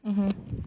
mmhmm